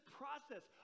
process